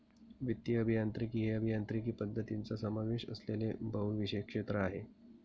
वित्तीय अभियांत्रिकी हे अभियांत्रिकी पद्धतींचा समावेश असलेले बहुविषय क्षेत्र आहे